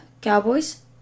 Cowboys